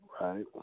right